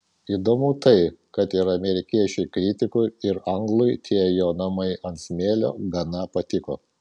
įdomu tai kad ir amerikiečiui kritikui ir anglui tie jo namai ant smėlio gana patiko